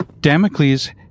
Damocles